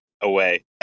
away